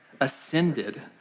ascended